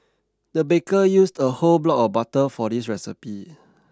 the baker used a whole block of butter for this recipe